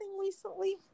recently